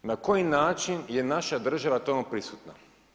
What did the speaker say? Na koji način je naša država tamo prisutna?